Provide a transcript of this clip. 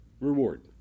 reward